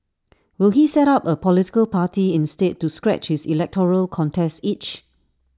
will he set up A political party instead to scratch his electoral contest itch